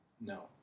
No